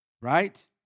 right